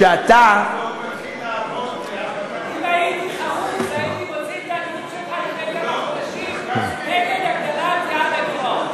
אם הייתי חרוץ והייתי, נגד הגדלת יעד הגירעון.